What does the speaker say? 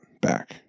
back